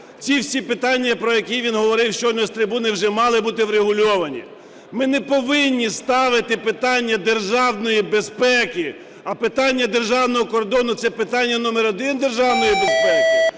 Ці всі питання, про які він говорив щойно з трибуни, вже мали бути врегульовані. Ми не повинні ставити питання державної безпеки - а питання державного кордону – це питання номер один державної безпеки,